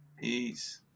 Peace